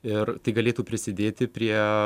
ir tai galėtų prisidėti prie